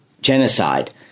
genocide